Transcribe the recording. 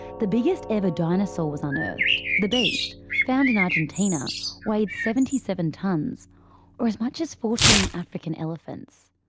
the biggest ever dinosaur was unearthed. the beast, found in argentina weighed seventy seven tonnes or as much as fourteen african elephants.